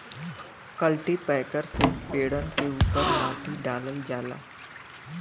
cultipacker से पेड़न के उपर माटी डालल जाला